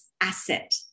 Asset